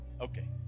Okay